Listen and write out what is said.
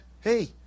Hey